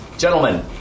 Gentlemen